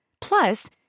Plus